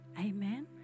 Amen